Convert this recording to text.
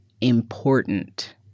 important